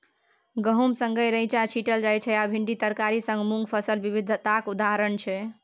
गहुम संगै रैंचा छीटल जाइ छै आ भिंडी तरकारी संग मुँग फसल बिबिधताक उदाहरण छै